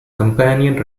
companion